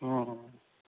ᱦᱮᱸ ᱦᱮᱸ